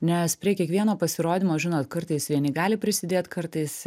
nes prie kiekvieno pasirodymo žinot kartais vieni gali prisidėt kartais